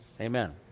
amen